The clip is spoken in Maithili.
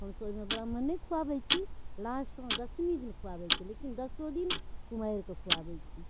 हमसभ ओहिमे ब्राह्मण नहि खुआबै छी लास्टमे दशमी दिन खुआबै छै लोक लेकिन दसो दिन कुमारिके खुआबै छी